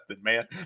man